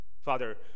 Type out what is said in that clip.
father